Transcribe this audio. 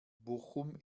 bochum